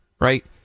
right